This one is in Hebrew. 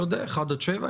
אולי 1 עד 7,